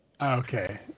Okay